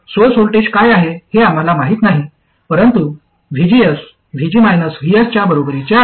source voltage काय आहे हे आम्हाला माहित नाही परंतु VGS VG Vs च्या बरोबरीचे आहे